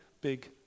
big